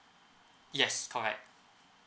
yes correct